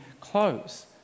clothes